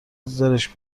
زرشک